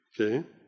Okay